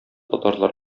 татарлар